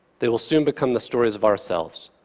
they will soon become the stories of ourselves.